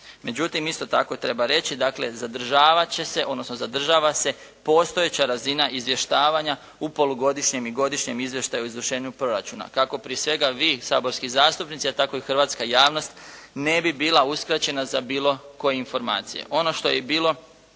će se odnosno zadržava se postojeća razina izvještavanja u polugodišnjem i godišnjem izvještaju o izvršavanju proračuna kako prije svega vi Saborski zastupnici, a tako i hrvatska javnost ne bi bila uskraćena za bilo koje informacije. Ono što je bilo